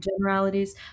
generalities